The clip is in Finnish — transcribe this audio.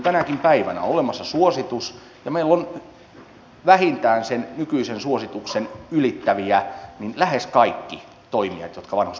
tänäkin päivänä on olemassa suositus ja meillä ovat vähintään sen nykyisen suosituksen ylittäviä lähes kaikki toimijat jotka vanhuspalveluissa ovat